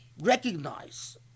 recognize